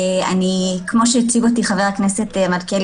כמו שהציג אותי חבר הכנסת מלכיאלי,